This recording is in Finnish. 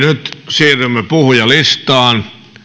siirrymme puhujalistaan